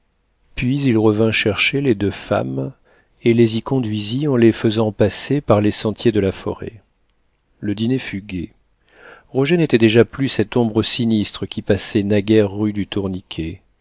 puis il revint chercher les deux femmes et les y conduisit en les faisant passer par les sentiers de la forêt le dîner fut gai roger n'était déjà plus cette ombre sinistre qui passait naguère rue du